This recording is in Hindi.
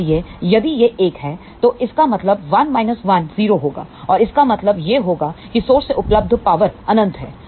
इसलिए यदि यह 1 है तो इसका मतलब 1 1 0 होगा और इसका मतलब यह होगा कि स्रोत से उपलब्ध पावर अनंत है